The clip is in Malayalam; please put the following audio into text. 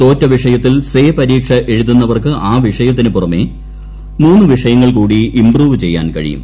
തോറ്റ വിഷയത്തിൽ സേ പരീക്ഷ എഴുതുന്നവർക്ക് ആ വിഷയത്തിന് പുറമെ മൂന്ന് വിഷയങ്ങൾ കൂടി ഇംപ്രൂമ്പ് ചെയ്യാൻ കഴിയും